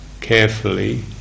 carefully